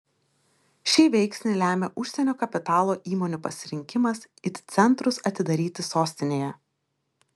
šį veiksnį lemia užsienio kapitalo įmonių pasirinkimas it centrus atidaryti sostinėje